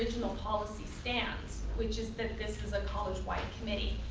policy stands, which is that this is a college wide committee.